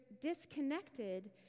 disconnected